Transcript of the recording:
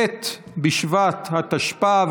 ט' בשבט התשפ"ב,